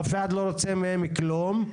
אף אחד לא רוצה מהם כלום.